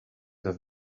have